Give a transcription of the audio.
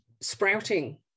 sprouting